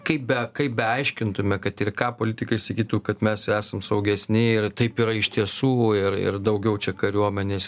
kaip be kaip beaiškintume kad ir ką politikai sakytų kad mes esam saugesni ir taip yra iš tiesų ir ir daugiau čia kariuomenės